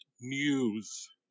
news